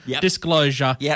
Disclosure